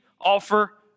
offer